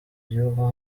gihugu